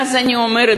ואז אני אומרת,